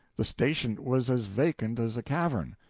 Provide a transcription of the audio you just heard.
the station was as vacant as a cavern.